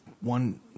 one